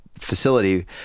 facility